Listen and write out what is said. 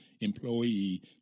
employee